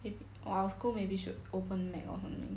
our school maybe should open mac or something